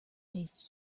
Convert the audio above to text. taste